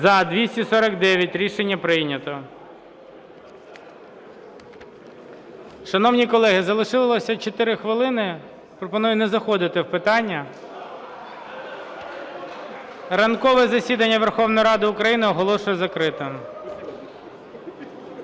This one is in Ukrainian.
За-249 Рішення прийнято. Шановні колеги, залишилося 4 хвилини, пропоную не заходити в питання. Ранкове засідання Верховної Ради України оголошую закритим.